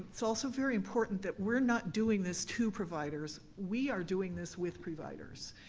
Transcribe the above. it's also very important that we're not doing this to providers, we are doing this with providers.